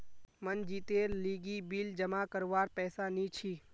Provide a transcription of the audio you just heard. मनजीतेर लीगी बिल जमा करवार पैसा नि छी